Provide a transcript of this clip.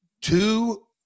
two